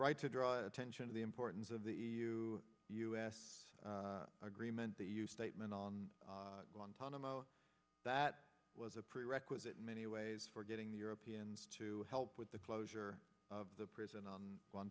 right to draw attention to the importance of the e u us agreement that you statement on guantanamo that was a prerequisite in many ways for getting the europeans to help with the closure of the prison on